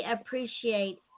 appreciate